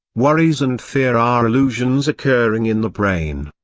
worries and fear are illusions occurring in the brain.